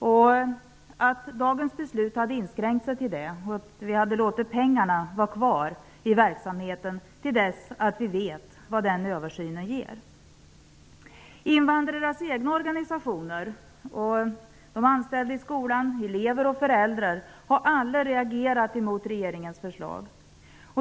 Dagens beslut skulle ha kunnat inskränka sig till det, och vi hade kunnat låta pengarna vara kvar i verksamheten till dess att vi vet vad den översynen ger. Invandrarnas egna organisationer, skolans anställda, elever och föräldrar har alla reagerat mot regeringens förslag.